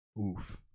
Oof